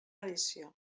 edició